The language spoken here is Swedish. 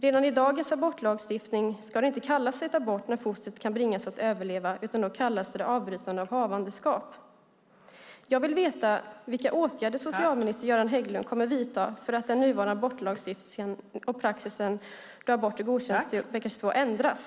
Redan i dagens abortlagstiftning kallas det inte en abort när fostret kan bringas att överleva, utan då kallas det avbrytande av havandeskap. Jag vill veta vilka åtgärder socialminister Göran Hägglund kommer att vidta för att den nuvarande abortlagstiftningen och praxisen att aborter kan godkännas upp till vecka 22 ändras?